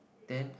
then